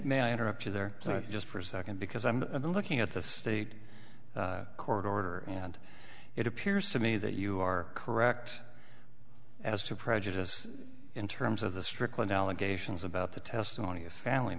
may i interrupt you there just for second because i'm looking at the state court order and it appears to me that you are correct as to prejudice in terms of the strickland allegations about the testimony of family